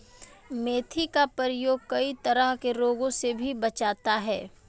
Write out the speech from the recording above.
मेथी का प्रयोग कई तरह के रोगों से भी बचाता है